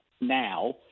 now